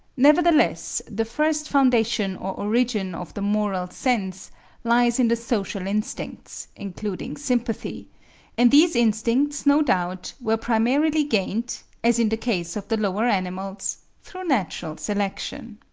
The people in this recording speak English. nevertheless the first foundation or origin of the moral sense lies in the social instincts, including sympathy and these instincts no doubt were primarily gained, as in the case of the lower animals, through natural selection.